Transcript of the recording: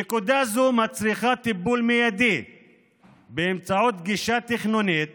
נקודה זו מצריכה טיפול מיידי באמצעות גישה תכנונית